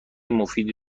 مفیدی